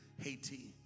Haiti